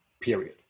period